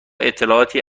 اطلاعاتی